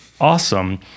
awesome